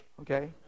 okay